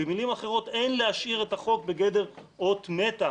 במילים אחרות אין להשאיר את החוק בגדר אות מתה,